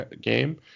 game